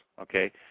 okay